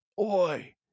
Oi